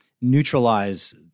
neutralize